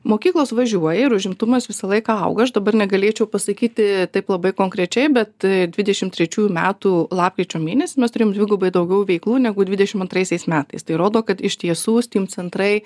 mokyklos važiuoja ir užimtumas visą laiką auga aš dabar negalėčiau pasakyti taip labai konkrečiai bet dvidešim trečiųjų metų lapkričio mėnesį mes turim dvigubai daugiau veiklų negu dvidešim antraisiais metais tai rodo kad iš tiesų steam centrai